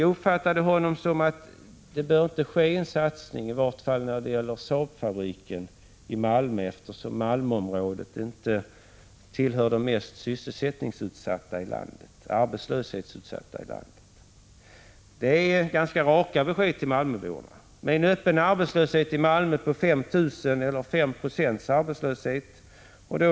Jag uppfattade honom så, att det inte behöver ske en satsning, i varje fall när det gäller Saabfabriken i Malmö, eftersom Malmöområdet inte tillhör de mest arbetslöshetsutsatta områdena i landet. Det är ganska raka besked till malmöborna, som har en öppen arbetslöshet om 5 96, motsvarande 5 000 personer.